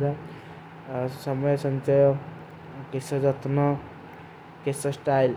ବ ହେର୍ଡ୍ରାଯର ସମ୍ହଵୈ ସଂଚଯୋଂ, କେସର ଜତନୋଂ, କେଶର ସ୍ଟାଯଲ।